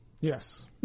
Yes